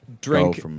drink